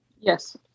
Yes